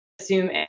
assume